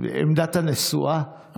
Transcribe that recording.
עמדת הנסועה,